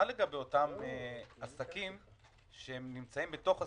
מה לגבי אותם עסקים שנמצאים בתוך סגר,